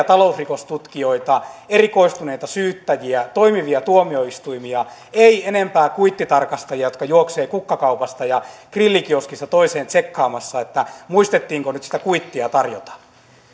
talousrikostutkijoita erikoistuneita syyttäjiä toimivia tuomioistuimia ei enempää kuittitarkastajia jotka juoksevat kukkakaupasta ja grillikioskista toiseen tsekkaamassa muistettiinko nyt sitä kuittia tarjota